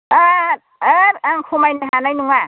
होथ होथ आं खमायनो हानाय नङा